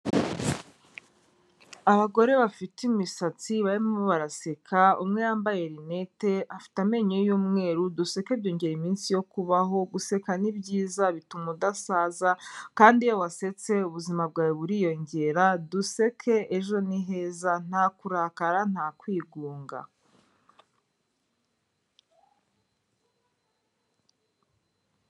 Abagore bafite imisatsi barimo baraseka, umwe yambaye rinete afite amenyo y'umweru duseke byongera iminsi yo kubaho, guseka ni byiza bituma udasaza kandi iyo wasetse ubuzima bwawe buriyongera, duseke ejo ni heza nta kurakara nta kwigunga.